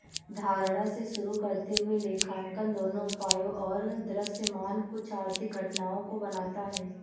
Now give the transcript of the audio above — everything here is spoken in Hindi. धारणा से शुरू करते हुए लेखांकन दोनों उपायों और दृश्यमान कुछ आर्थिक घटनाओं को बनाता है